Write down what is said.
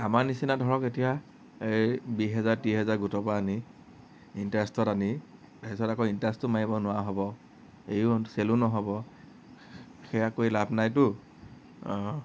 আমাৰ নিচিনা ধৰক এতিয়া এই বিছ হেজাৰ ত্ৰিছ হেজাৰ গোটৰ পৰা আনি ইণ্টাৰেষ্টত আনি তাৰপিছত আকৌ ইণ্টাৰেষ্টটো মাৰিব নোৱাৰা হ'ব এইও চেলো নহ'ব সেইয়া কৰি লাভ নাইতো